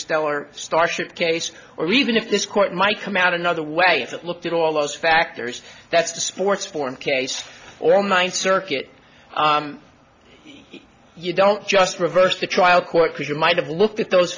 interstellar starship case or even if this court might come out another way that looked at all those factors that's the sports forum case all ninth circuit you don't just reversed the trial court because you might have looked at those